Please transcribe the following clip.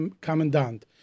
commandant